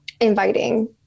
inviting